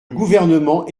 gouvernement